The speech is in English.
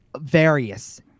various